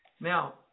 Now